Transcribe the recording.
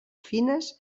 fines